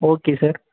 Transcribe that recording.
okay sir